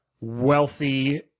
wealthy